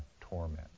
torment